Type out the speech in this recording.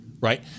right